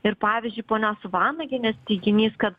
ir pavyzdžiui ponios vanagienės teiginys kad